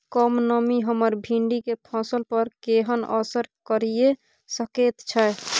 कम नमी हमर भिंडी के फसल पर केहन असर करिये सकेत छै?